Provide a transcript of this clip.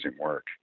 work